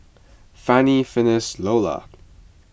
Fanny Finis Lolla